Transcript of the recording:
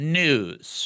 news